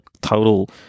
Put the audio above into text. total